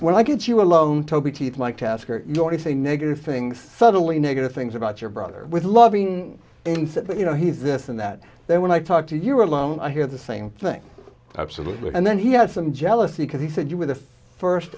when i get you alone toby keith like to ask are you going to say negative things subtly negative things about your brother with loving and said you know he's this and that they when i talk to you alone i hear the same thing absolutely and then he had some jealousy because he said you were the first